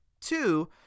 Two